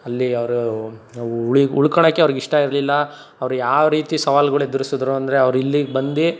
ಅಲ್ಲಿ ಅವರು ಉಳಿ ಉಳ್ಕೋಳಕ್ಕೆ ಅವ್ರಿಗೆ ಇಷ್ಟ ಇರಲಿಲ್ಲ ಅವರು ಯಾವ ರೀತಿ ಸವಾಲುಗುಳು ಎದುರಿಸಿದರು ಅಂದರೆ ಅವ್ರು ಇಲ್ಲಿಗೆ ಬಂದು